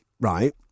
right